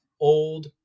Old